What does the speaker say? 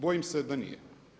Bojim se da nije.